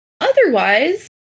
Otherwise